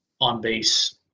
on-base